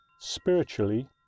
spiritually